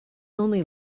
only